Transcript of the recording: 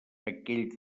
aquell